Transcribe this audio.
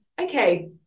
okay